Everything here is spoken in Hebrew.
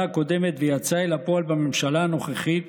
הקודמת ויצא אל הפועל בממשלה הנוכחית